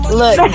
look